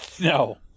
No